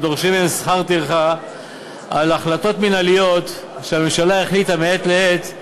ודורשים מהם שכר טרחה על החלטות מינהליות שהממשלה החליטה מעת לעת.